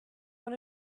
want